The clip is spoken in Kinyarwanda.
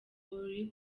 ruri